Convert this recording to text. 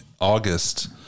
August